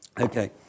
Okay